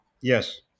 Yes